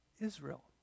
Israel